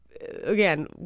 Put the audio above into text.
again